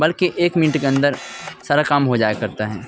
بلکہ ایک منٹ کے اندر سارا کام ہو جایا کرتا ہے